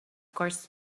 course